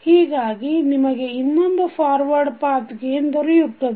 ಹೀಗಾಗಿ ನಿಮಗೆ ಇನ್ನೊಂದು ಫಾರ್ವರ್ಡ್ ಪಾಥ್ ಗೇನ್ ದೊರೆಯುತ್ತದೆ